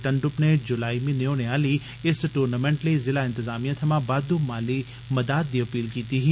तुन्दुप नै जुलाई म्हीने होने आहली इस टूर्नामैंट लेई जिला इप्रजामिया थमा बाद्द् माली मदाद दी अपील कीती ही